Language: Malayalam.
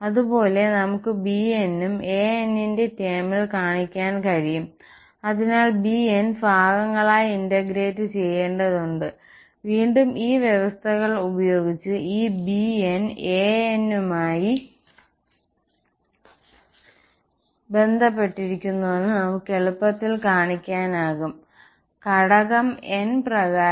അതുപോലെ നമുക്ക് b'n an ന്റെ ടേമിൽ കാണിക്കാൻ കഴിയും അതിനാൽ b'n ഭാഗങ്ങളായി ഇന്റഗ്രേറ്റ് ചെയ്യേണ്ടതുണ്ട് വീണ്ടും ഈ വ്യവസ്ഥകൾ ഉപയോഗിച്ച് ഈ b'n an മായി ബന്ധപ്പെട്ടിരിക്കുന്നുവെന്ന് നമുക്ക് എളുപ്പത്തിൽ കാണിക്കാനാകും ഘടകം n പ്രകാരം